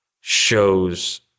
shows